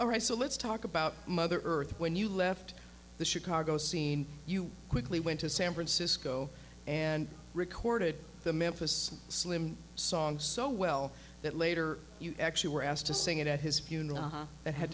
all right so let's talk about mother earth when you left the chicago scene you quickly went to san francisco and recorded the memphis slim song so well that later you actually were asked to sing it at his funeral